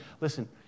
Listen